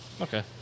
Okay